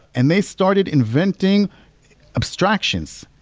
and they started inventing abstractions.